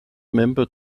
member